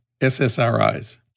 SSRIs